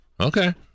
Okay